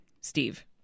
Steve